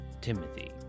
Timothy